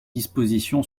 disposition